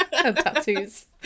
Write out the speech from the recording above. Tattoos